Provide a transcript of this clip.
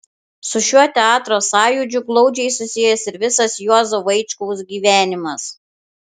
su šiuo teatro sąjūdžiu glaudžiai susijęs ir visas juozo vaičkaus gyvenimas